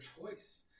choice